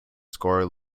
score